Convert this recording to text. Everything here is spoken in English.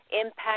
impact